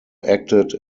acted